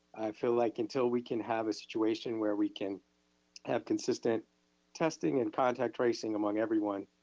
i feel like until we can have a situation where we can have consistent testing and contact tracing among everyone,